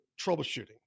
troubleshooting